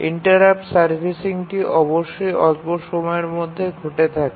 interrupt সার্ভিসিংটি অবশ্যই অল্প সময়ের মধ্যে ঘটে থাকে